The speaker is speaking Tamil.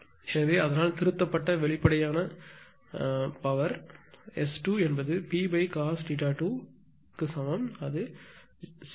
எனவே அதனால் திருத்தப்பட்ட வெளிப்படையான பவர் S2 என்பது P cos θ2 க்கு சமம் 69420